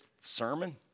sermon